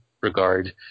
regard